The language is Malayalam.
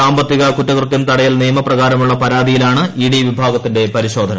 സാമ്പത്തിക കുറ്റകൃത്യം തടയൽ നിയമപ്രകാരമുള്ള പരാതിയിലാണ് ഇഡി വിഭാഗത്തിന്റെ പരിശോധന